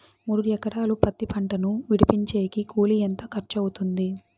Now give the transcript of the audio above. మూడు ఎకరాలు పత్తి పంటను విడిపించేకి కూలి ఎంత ఖర్చు అవుతుంది?